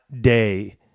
day